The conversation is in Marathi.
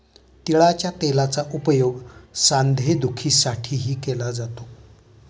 तिळाच्या तेलाचा उपयोग सांधेदुखीसाठीही केला जातो